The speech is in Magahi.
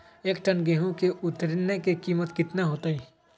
एक टन गेंहू के उतरे के कीमत कितना होतई?